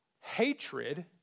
hatred